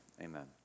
amen